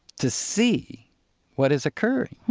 to see what has occurred.